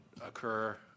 occur